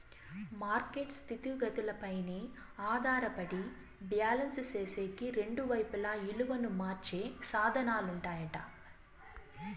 market స్థితిగతులపైనే ఆధారపడి balance సేసేకి రెండు వైపులా ఇలువను మార్చే సాధనాలుంటాయట